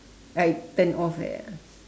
I turn off like that ah